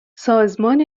سازمان